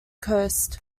coast